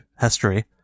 history